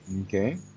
Okay